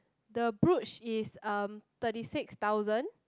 the brooch is um thirty six thousand